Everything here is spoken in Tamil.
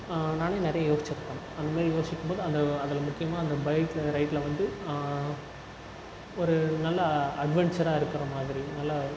நான் நிறைய யோசிச்சிருக்கேன் அந்தமாதிரி யோசிக்கும் போது அந்த அதில் முக்கியமாக அந்த பைக் ரைட்டில் வந்து ஒரு நல்ல அட்வன்ஞ்சராக இருக்கின்ற மாதிரி நல்லா